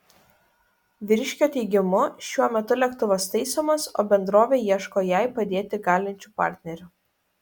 vyriškio teigimu šiuo metu lėktuvas taisomas o bendrovė ieško jai padėti galinčių partnerių